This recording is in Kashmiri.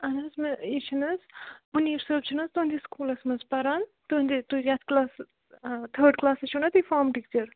اَہن حظ مےٚ یہِ چھُنَہ حظ مُنیٖب صٲب چھُنَہ حظ تُہنٛدِس سُکوٗلس منٛز پَران تُہنٛدِ تُہۍ یَتھ کٕلاس تھٲڈ کٕلاسس چھِونَہ تُہۍ فام ٹیٖچر